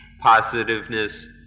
positiveness